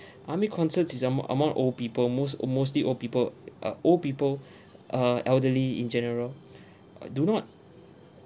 army concepts is among among old people most uh mostly old people uh old people err elderly in general uh do not